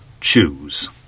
choose